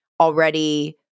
already